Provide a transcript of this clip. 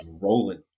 rolling